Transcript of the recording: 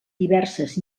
diverses